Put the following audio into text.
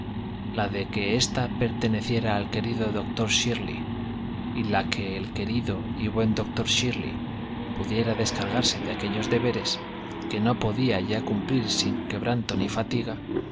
la de que ésta perteneciera al querido doctor shirley y la de que el querido y buen doctor shirley pudiera descargarse de aquellos deberes que no podía ya cumplir sin quebranto ni fatiga